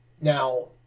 Now